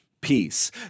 peace